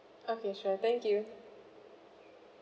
okay sure thank you